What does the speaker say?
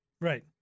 Right